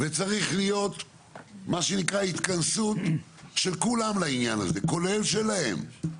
וצריך להיות מה שנקרא התכנסות של כולם לעניין הזה כולל שלהם.